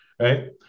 right